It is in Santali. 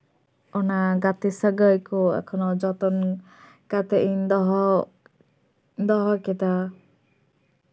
ᱚᱱᱟ ᱜᱟᱛᱮ ᱥᱟᱹᱜᱟᱹᱭ ᱠᱚ ᱮᱠᱷᱚᱱᱳ ᱡᱚᱛᱚᱱ ᱠᱟᱛᱮ ᱤᱧ ᱫᱚᱦᱚ ᱫᱚᱦᱚ ᱠᱮᱫᱟ